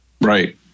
Right